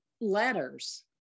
Letters